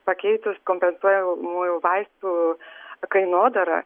pakeitus kompensuojamųjų vaistų kainodarą